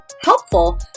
helpful